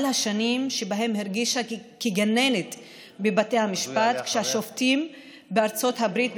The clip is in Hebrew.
על השנים שבהן הרגישה כגננת בבתי המשפט כשהשופטים בארצות הברית,